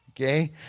Okay